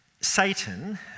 Satan